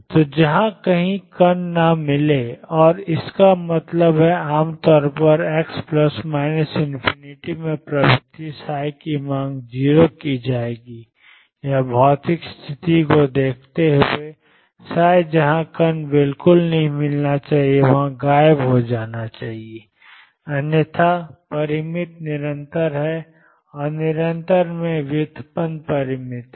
तो जहाँ कहीं कण न मिले और इसका मतलब है आम तौर पर x ±∞ में प्रवृत्ति की मांग 0 की जाएगी या भौतिक स्थिति को देखते हुए जहां कण बिल्कुल नहीं मिलना चाहिए वहां गायब हो जाना चाहिए अन्यथा परिमित निरंतर है और निरंतर में व्युत्पन्न परिमित है